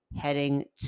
heading